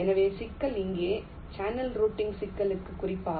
எனவே சிக்கல் இங்கே சேனல் ரூட்டிங் சிக்கலுக்கு குறிப்பாக